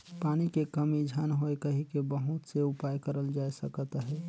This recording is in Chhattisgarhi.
पानी के कमी झन होए कहिके बहुत से उपाय करल जाए सकत अहे